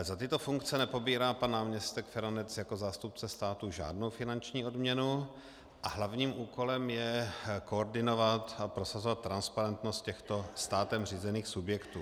Za tyto funkce nepobírá pan náměstek Feranec jako zástupce státu žádnou finanční odměnu a hlavním úkolem je koordinovat a prosazovat transparentnost těchto státem řízených subjektů.